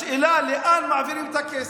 השאלה לאן מעבירים את הכסף.